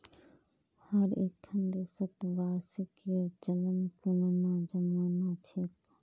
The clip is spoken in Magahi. हर एक्खन देशत वार्षिकीर चलन पुनना जमाना छेक